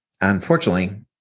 unfortunately